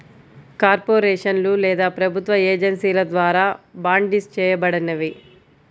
కార్పొరేషన్లు లేదా ప్రభుత్వ ఏజెన్సీల ద్వారా బాండ్సిస్ చేయబడినవి